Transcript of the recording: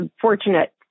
fortunate